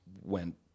went